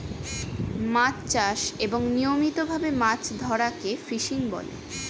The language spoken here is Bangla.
মাছ চাষ এবং নিয়মিত ভাবে মাছ ধরাকে ফিশিং বলে